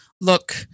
look